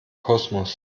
kosmos